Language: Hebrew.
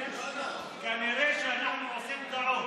כנראה שאנחנו עושים טעות.